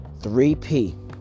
3P